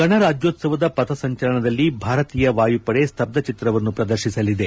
ಗಣರಾಜ್ಯೋತ್ಸವದ ಪಥಸಂಚಲನದಲ್ಲಿ ಭಾರತೀಯ ವಾಯುಪಡೆ ಸ್ತಬ್ಬಚಿತ್ರವನ್ನು ಪ್ರದರ್ತಿಸಲಿದೆ